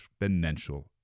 exponential